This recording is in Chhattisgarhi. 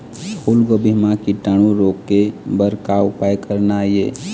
फूलगोभी म कीटाणु रोके बर का उपाय करना ये?